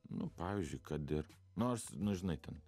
nu pavyzdžiui kad ir nors nu žinai ten